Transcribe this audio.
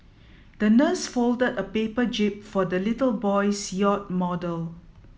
the nurse folded a paper jib for the little boy's yacht model